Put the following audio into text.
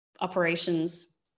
operations